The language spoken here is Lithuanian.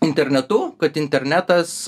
internetu kad internetas